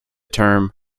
term